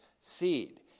seed